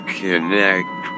connect